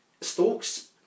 Stokes